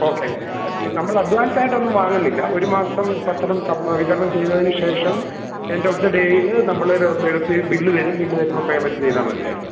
okay അത് നമ്മളഡ്വാൻസായിട്ടൊന്നും വാങ്ങുന്നില്ല ഒരു മാസം പത്രം സബ് വിതരണം ചെയ്തതിന് ശേഷം എൻഡ് ഓഫ് ദ ഡേയില് നമ്മളൊരു വേറെ ഫീ ബില്ല് തരും ബില്ല് തരുമ്പോൾ പേയ്മെൻറ്റ് ചെയ്താൽ മതിയായിരിക്കും